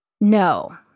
No